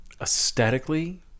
aesthetically